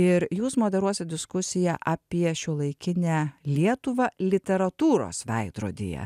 ir jūs moderuosit diskusiją apie šiuolaikinę lietuvą literatūros veidrodyje